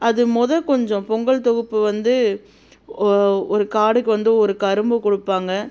அது மொதல் கொஞ்சம் பொங்கல் தொகுப்பு வந்து ஒ ஒரு கார்டுக்கு வந்து ஒரு கரும்பு கொடுப்பாங்க